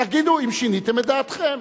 תגידו אם שיניתם את דעתכם.